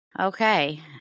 okay